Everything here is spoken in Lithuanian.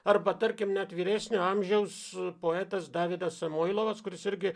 arba tarkim net vyresnio amžiaus poetas davidas samoilovas kuris irgi